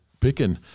picking